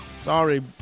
Sorry